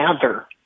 gather